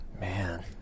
Man